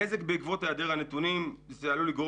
הנזק בעקבות העדר הנתונים עלול לגרות